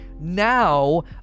now